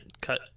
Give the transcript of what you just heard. cut